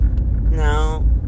No